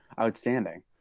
outstanding